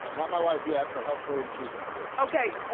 not my wife yet but hopefully in season three. okay,